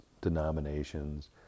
denominations